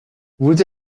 vous